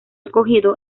escogido